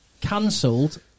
cancelled